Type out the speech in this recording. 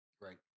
Right